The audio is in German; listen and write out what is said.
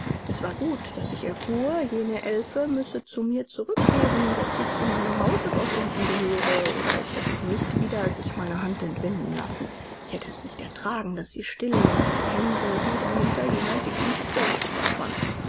es war gut daß ich er fuhr jene elfe müsse zu mir zurückkehren daß sie zu meinem hause dort unten gehöre oder ich hätte sie nicht wieder sich meiner hand entwinden lassen ich hätte es nicht ertragen daß sie still und behende wieder hinter jener dicken hecke verschwand